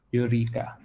Eureka